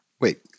Wait